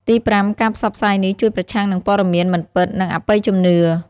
ទីប្រាំ ការផ្សព្វផ្សាយនេះជួយប្រឆាំងនឹងព័ត៌មានមិនពិត និងអបិយជំនឿ។